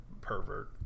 pervert